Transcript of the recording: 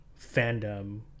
fandom